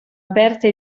aperte